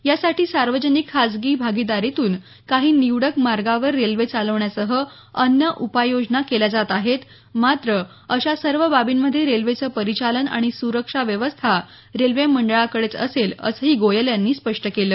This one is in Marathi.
यासाठी सार्वजनिक खासगी भागीदारीतून काही निवडक मार्गावर रेल्वे चालवण्यासह अन्य उपाययोजना केल्या जात आहेत मात्र अशा सर्व बाबींमध्ये रेल्वेचं परिचालन आणि सुरक्षा व्यवस्था रेल्वे मंडळाकडेच असेल असंही गोयल यांनी स्पष्ट केलं